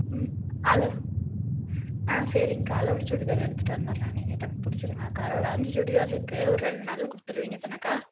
ம் அள ஆ சரிங்கக்கா அளவு சுடிதார் எடுத்துகிட்டு வந்துடுறேன் நீங்கள் டக் பிடிச்சிடுங்கக்கா ஒரு அஞ்சு சுடிதார் இருக்குது ஒரு ரெண்டு நாளில் கொடுத்துடுவிங்கதானக்கா